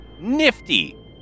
nifty